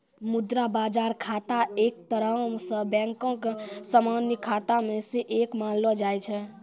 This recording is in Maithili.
मुद्रा बजार खाता एक तरहो से बैंको के समान्य खाता मे से एक मानलो जाय छै